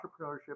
entrepreneurship